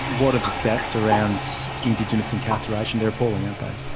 what are the stats around indigenous incarceration? they are appalling,